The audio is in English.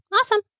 Awesome